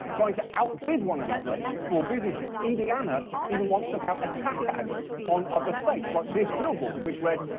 trying to outbid one another for businesses. indiana even once took out attack ads on other states, like this billboard, which read,